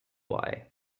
why